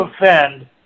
offend